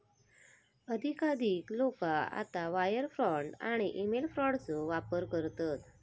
अधिकाधिक लोका आता वायर फ्रॉड आणि ईमेल फ्रॉडचो वापर करतत